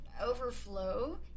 overflow